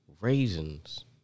raisins